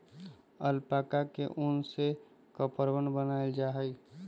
alpaca के उन से कपड़वन बनावाल जा हई